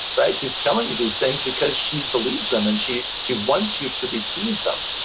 right? she's telling you these things because she believes them, and she she wants you to receive them.